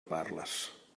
parles